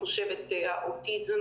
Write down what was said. כמו שאנחנו תמיד עושים,